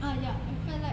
ah ya I quite like